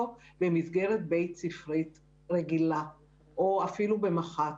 במסגרת בית ספרית רגילה או אפילו במח"ט,